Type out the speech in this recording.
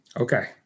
Okay